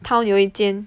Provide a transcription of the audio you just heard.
town 有一间